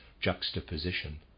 juxtaposition